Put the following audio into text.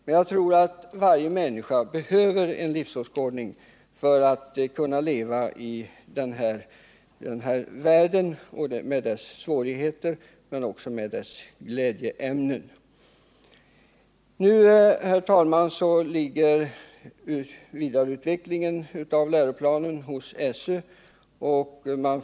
Men jag tror att varje människa behöver en livsåskådning för att kunna leva i den här världen med dess svårigheter men också med dess glädjeämnen. Nu ligger frågan om vidareutvecklingen av läroplanen hos skolöverstyrelsen.